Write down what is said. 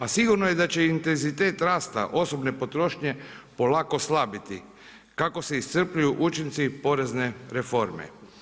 A sigurno je da će intenzitet rast osobne potrošnje polako slabjeti kako se iscrpljuju učinci porezne reforme.